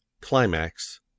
Climax